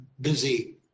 busy